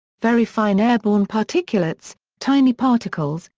very fine airborne particulates tiny particles,